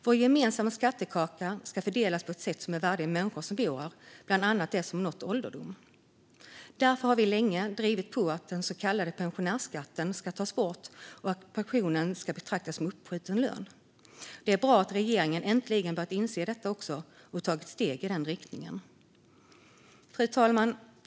Vår gemensamma skattekaka ska fördelas på ett sätt som är värdigt människor som bor här, bland annat dem som nått ålderdom. Därför har vi länge drivit på för att den så kallade pensionärsskatten ska tas bort och att pensionen ska betraktas som uppskjuten lön. Det är bra att också regeringen äntligen börjat inse detta och tagit steg i den riktningen. Fru talman!